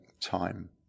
time